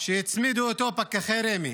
שהצמידו פקחי רמ"י.